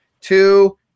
two